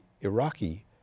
Iraqi